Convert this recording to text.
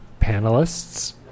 Panelists